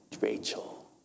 Rachel